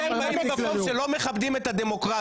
אתם באים ממקום שלא מכבדים את הדמוקרטיה,